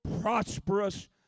prosperous